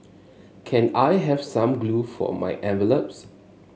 can I have some glue for my envelopes